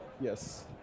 yes